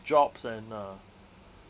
jobs and uh